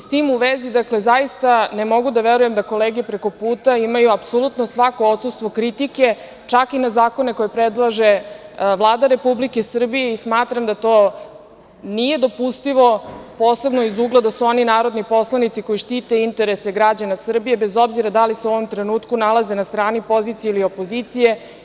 S tim u vezi, dakle, zaista ne mogu da verujem da kolege preko puta imaju apsolutno svako odsustvo kritike čak i na zakone koje predlaže Vlada Republike Srbije i smatram da to nije dopustivo, posebno iz ugla da su oni narodni poslanici koji štite interese građana Srbije, bez obzira da li se u ovom trenutku nalaze na strani pozicije ili opozicije.